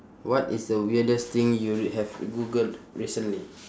what is the weirdest thing you have googled recently